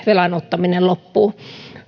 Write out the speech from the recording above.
velan ottaminen loppuu